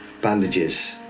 bandages